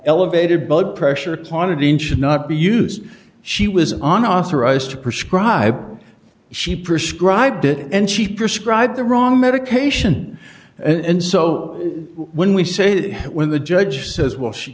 elevated blood pressure clonidine should not be used she was on authorized to prescribe she prescribed it and she prescribe the wrong medication and so when we say that when the judge says well she